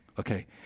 Okay